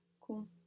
Cool